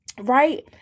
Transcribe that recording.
Right